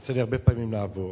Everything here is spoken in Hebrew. יוצא לי הרבה פעמים לעבור.